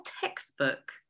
textbook